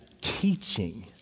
teaching